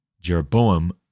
Jeroboam